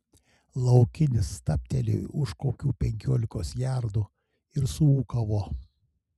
laukinis stabtelėjo už kokių penkiolikos jardų ir suūkavo